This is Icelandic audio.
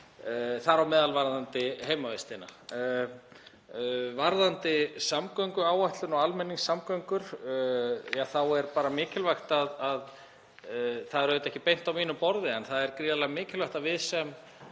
þar á meðal varðandi heimavistina. Varðandi samgönguáætlun og almenningssamgöngur þá eru þær auðvitað ekki beint á mínu borði en það er gríðarlega mikilvægt að við sem